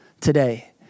today